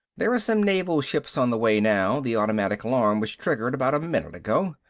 there are some naval ships on the way now, the automatic alarm was triggered about a minute ago.